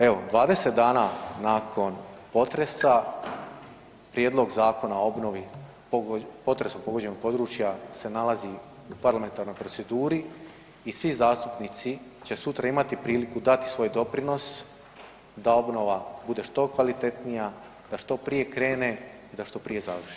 Evo 20 dana nakon potresa prijedlog zakona o obnovi potresom pogođena područja se nalazi u parlamentarnoj proceduri i svi zastupnici će sutra imati priliku dati svoj doprinos da obnova bude što kvalitetnija, da što prije krene i da što prije završi.